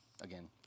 again